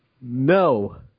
No